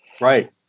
Right